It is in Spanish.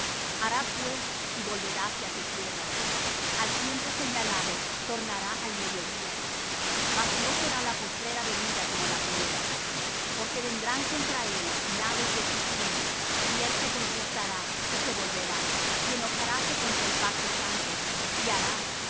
hará pues y volveráse á su tierra al tiempo señalado tornará al mediodía mas no será la postrera venida como la primera porque vendrán contra él naves de chttim y él se contristará y se volverá y enojaráse contra el pacto santo y hará